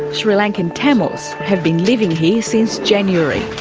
sri lankan tamils, have been living here since january.